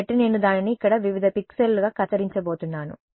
కాబట్టి నేను దానిని ఇక్కడ వివిధ పిక్సెల్లుగా కత్తిరించబోతున్నాను